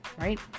Right